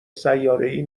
سیارهای